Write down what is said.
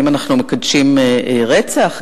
האם אנחנו מקדשים רצח?